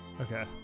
Okay